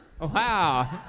Wow